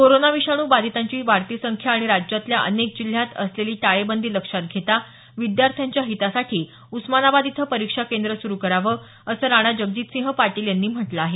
corona विषाणू बाधितांची वाढती संख्या आणि राज्यातल्या अनेक जिल्ह्यात असलेली टाळेबंदी लक्षात घेता विद्यार्थ्यांच्या हितासाठी उस्मानाबाद इथं परिक्षा केंद्र सुरू करावं असं राणा जगजितसिंह पाटील यांनी म्हटलं आहे